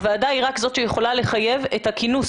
הוועדה היא רק זאת שיכולה לחייב את הכינוס